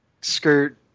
skirt